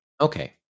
Okay